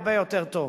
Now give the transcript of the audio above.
הרבה יותר טוב,